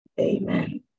amen